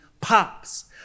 pops